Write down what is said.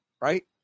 right